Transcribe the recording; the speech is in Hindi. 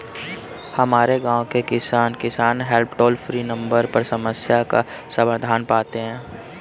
हमारे गांव के किसान, किसान हेल्प टोल फ्री नंबर पर समस्या का समाधान पाते हैं